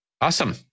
Awesome